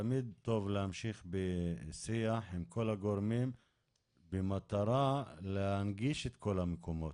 תמיד טוב להמשיך בשיח עם כל הגורמים עם מטרה להנגיש את כל המקומות.